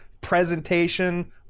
presentation